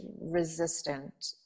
resistant